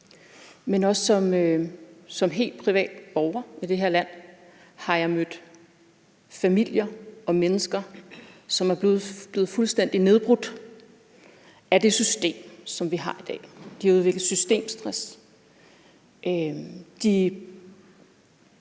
men også som helt privat borger i det her land mødt familier og mennesker, som er blevet fuldstændig nedbrudt af det system, som vi har i dag. De har udviklet systemstress,